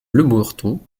lemorton